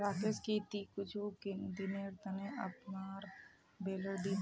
राकेश की ती कुछू दिनेर त न अपनार बेलर दी बो